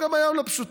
הם גם היום לא פשוטים.